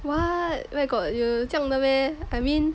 what where got 有这样的 meh I mean